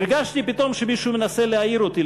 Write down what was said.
הרגשתי פתאום שמישהו מנסה להעיר אותי,